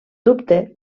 dubte